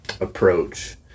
approach